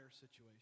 situation